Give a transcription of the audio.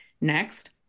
Next